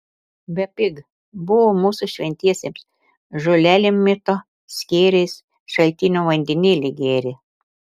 bepig buvo mūsų šventiesiems žolelėm mito skėriais šaltinio vandenėlį gėrė